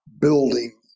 building